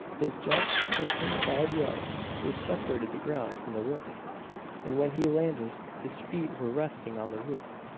his jump took him five yards, which separated the ground from the roof and when he landed his feet were resting on the roof,